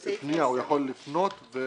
בסעיף 10... אמרנו למי הוא יכול לפנות -- מה,